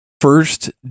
first